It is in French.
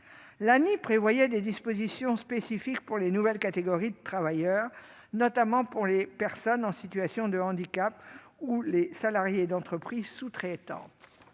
L'ANI consacrait des dispositions spécifiques à de nouvelles catégories de travailleurs, notamment les personnes en situation de handicap et les salariés d'entreprises sous-traitantes.